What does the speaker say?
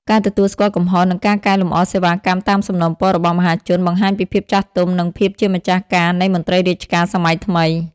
ការទទួលស្គាល់កំហុស និងការកែលម្អសេវាកម្មតាមសំណូមពររបស់មហាជន បង្ហាញពីភាពចាស់ទុំ និងភាពជាម្ចាស់ការនៃមន្ត្រីរាជការសម័យថ្មី។